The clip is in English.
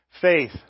faith